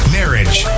marriage